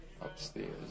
upstairs